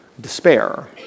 despair